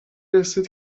رسید